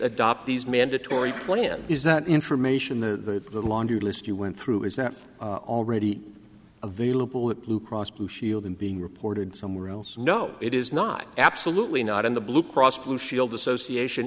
adopt these mandatory plan is that information the laundry list you went through is now already available with blue cross blue shield them being reported some rules no it is not absolutely not in the blue cross blue shield association